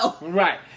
Right